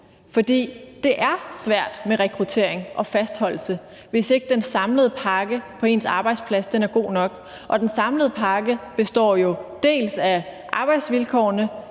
For det er svært med rekruttering og fastholdelse, hvis ikke den samlede pakke på ens arbejdsplads er god nok, og den samlede pakke består dels af arbejdsvilkårene,